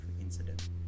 incident